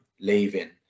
leaving